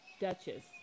Duchess